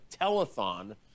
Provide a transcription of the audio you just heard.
telethon